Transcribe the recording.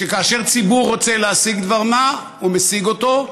שכאשר ציבור רוצה להשיג דבר מה, הוא משיג אותו.